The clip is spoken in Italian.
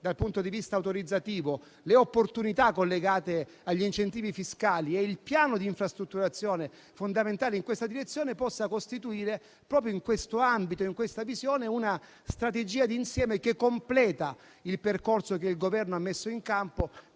dal punto di vista autorizzativo, le opportunità collegate agli incentivi fiscali e il piano di infrastrutturazione fondamentale in questa direzione possano costituire, proprio in questo ambito, in questa visione, una strategia d'insieme che completa il percorso che il Governo ha messo in campo